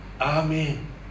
Amen